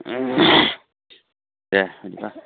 दे बिदिबा